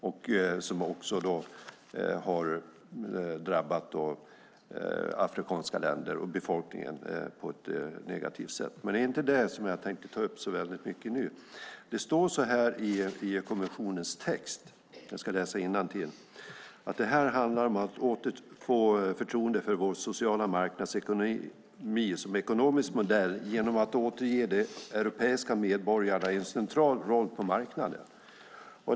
Det har också drabbat afrikanska länder och befolkningen på ett negativt sätt. Men jag tänkte inte ta upp dessa frågor nu. Det står i kommissionens text att det här handlar om att återfå förtroendet för vår sociala marknadsekonomi som ekonomisk modell genom att återge de europeiska medborgarna en central roll på marknaden.